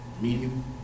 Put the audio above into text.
medium